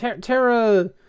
Terra